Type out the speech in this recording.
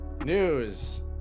news